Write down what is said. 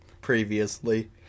previously